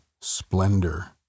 splendor